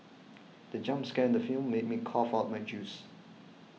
the jump scare in the film made me cough out my juice